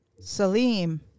Salim